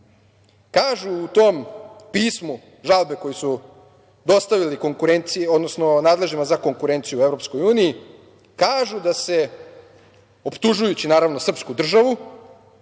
u tom pismu žalbe, koju su dostavili nadležnima za konkurenciju u EU, da se, optužujući naravno srpsku državu,